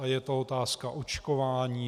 Je to otázka očkování.